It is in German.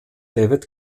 david